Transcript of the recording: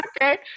Okay